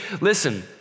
Listen